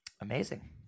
Amazing